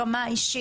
ברמה האישית,